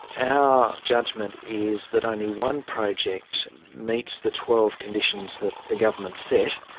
our judgement is that only one project meets the twelve conditions that the government set,